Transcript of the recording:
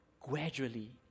gradually